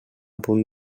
punt